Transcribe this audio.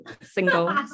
single